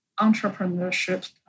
entrepreneurship